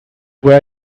wear